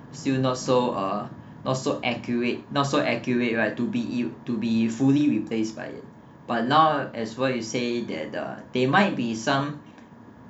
still not so uh not so accurate not so accurate right to be i~ to be fully replaced by it but now as what you say that the there might be some